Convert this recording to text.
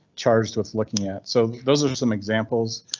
charged with looking at. so those are some examples.